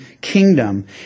kingdom